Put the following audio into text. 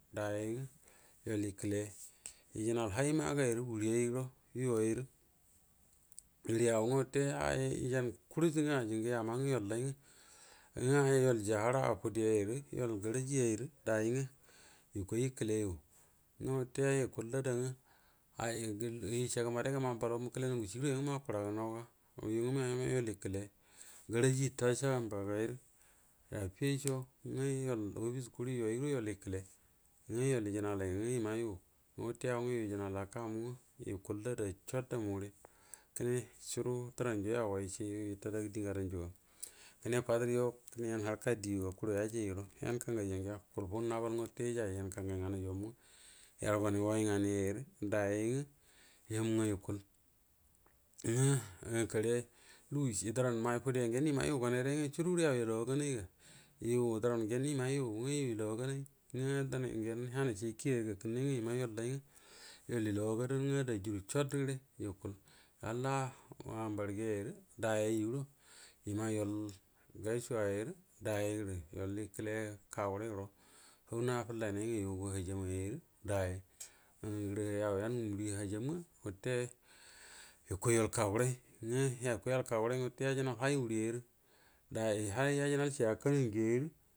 Dayyan ngwə yual yekela yəjənal hay magəlay rə wurieay guəro yu ngwo yau wate ah yvjan kurut ngwə ajie ngwə yama ngwə guallay ngwa yual jiara fuderə yual gareji ay rə dayyay ngwə yukuay yəkəle yu ngwə wute yu kuel da ada ngwe aji ngwə yociago maday ga ma mbalau məkvəle maw ngucie huəro yamgwv ga ngwə you mu yəma yual yvkela garriji tasha baga ayrə affiyay co nguwə yuol offis kuri yuay guəro yual yəkvlə ngwə yual yəjənalay ngwo yəma you ngwə wate yau ngwə yu yejana lakanu ngwə yukual də ada cat a mu gəre kəne wate cuəru dəran juo yau ga yəce yu yəta dagə dienadan yu ga kəne kuwa dərə yan haraka dieyyuga kuruə yajay guvro yan kangan ya ngra, gufugu ngərə nabal ngwo wate yijay yan kangaiy nganay you ngwə yaru ganay way nganayyayr dayyay ngwə həm ngwə yəkual, ngwo kare lugusni dəran may dude gyen yema yu nganay ray ngwə, curu gurroo yau yalaw yu a’ ganay ga, yu deran hyen yema yu ye lau a ganay dənay gyen hanay ciey kiyan yu gəa kənnay ngwə yəma yual hy ngwv yual yəlau a gadan ngwə ada jiru cut gəre yukuri ga halla mmbarse ayrə dayyay guəro, yəma yual gashiay r dayyan gerə yual yəkele kafuv ray guvro hau n fu llay nai yu gv hujjamayyay arə dayyay ahm gərə yau yan ngumərie hajjam nngwe wuto yu kuay yual kaguə ray ngwə yakaay yal ka gud ray grrə yaja nai hay wurian ro dayyan ham yajuna